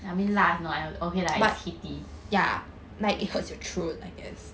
I mean 辣 is not okay lah it's heaty